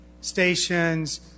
stations